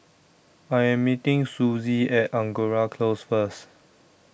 I Am meeting Susie At Angora Close First